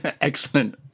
Excellent